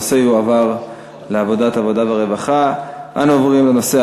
הנושא יעבור לוועדת העבודה, הרווחה והבריאות.